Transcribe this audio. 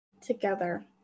together